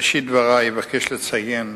בראשית דברי אבקש לציין